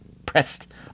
pressed